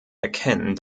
erkennen